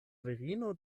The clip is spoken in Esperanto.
virino